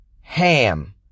Ham